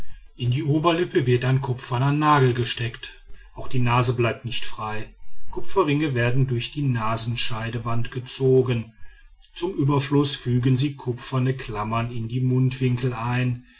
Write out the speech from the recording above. in die oberlippe wird ein kupferner nagel gesteckt auch die nase bleibt nicht frei kupferringe werden durch die nasenscheidewand gezogen zum überfluß fügen sie kupferne klammern in die mundwinkel ein